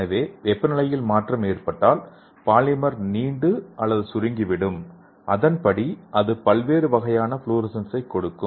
எனவே வெப்பநிலையில் மாற்றம் ஏற்பட்டால் பாலிமர் நீண்டு அல்லது சுருங்கிவிடும் அதன்படி அது பல்வேறு வகையான ஃப்ளோரசன்ஸைக் கொடுக்கும்